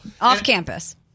Off-campus